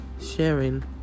sharing